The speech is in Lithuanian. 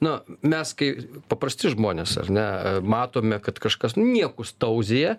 na mes kai paprasti žmonės ar ne matome kad kažkas niekus tauzija